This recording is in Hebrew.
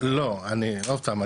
עוד פעם,